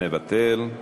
מבטל,